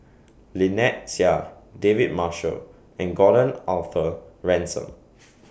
Lynnette Seah David Marshall and Gordon Arthur Ransome